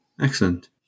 excellent